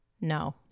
No